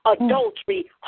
adultery